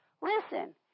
Listen